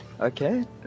Okay